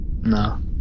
No